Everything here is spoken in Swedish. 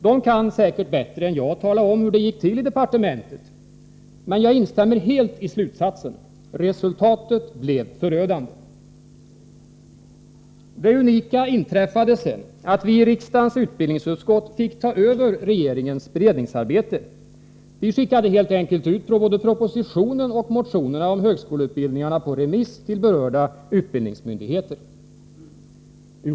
De kan säkert bättre än jag tala om hur det gick till i departementet. Men jag instämmer helt i slutsatsen: ”Resultatet blev förödande.” Det unika inträffade sedan att vi i riksdagens utbildningsutskott fick ta över regeringens beredningsarbete. Vi skickade helt enkelt ut både propositionen och motionerna om högskoleutbildningarna på remiss till berörda utbildningsmyndigheter.